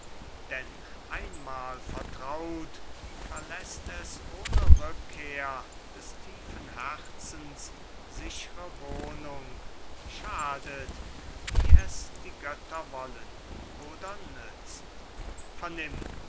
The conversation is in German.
denn einmal vertraut verläßt es ohne rückkehr des tiefen herzens sichre wohnung schadet wie es die götter wollen oder nützt vernimm